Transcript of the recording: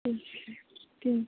ठीक है किन